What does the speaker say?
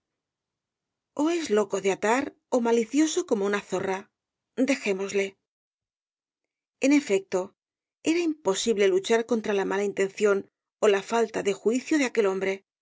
o es loco de atar ó malicioso como una zorra dejémosle en efecto era imposible luchar contra la mala intención ó la falta de juicio de aquel hombre